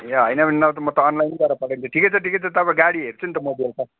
ए होइन भने नभए त म त अनलाइन नै गरेर पठाइदिन्थेँ ठिकै छ ठिकै छ तब गाडी हेर्छु नि त म बेलुका